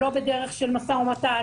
לא בדרך של משא ומתן,